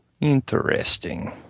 Interesting